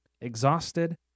exhausted